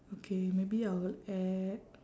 okay maybe I'll add